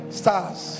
stars